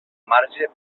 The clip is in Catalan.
marge